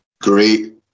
great